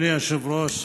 אדוני היושב-ראש,